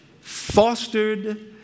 fostered